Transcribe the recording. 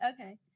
okay